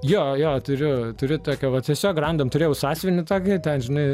jo jo turiu turiu tokia vat tiesiog random turėjau sąsiuvinį tokį ten žinai